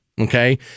okay